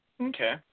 Okay